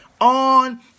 on